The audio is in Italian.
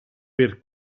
per